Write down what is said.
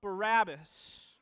Barabbas